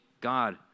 God